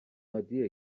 عادیه